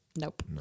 Nope